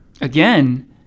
again